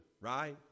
right